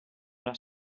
una